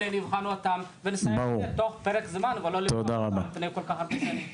אלה נבחן אותם ונסיים תוך פרק זמן ולא למרוח על פני כל כך הרבה שנים.